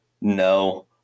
no